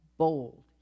Bold